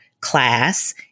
class